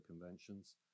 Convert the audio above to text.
Conventions